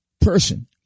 person